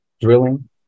drilling